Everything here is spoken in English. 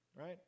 right